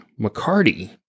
McCarty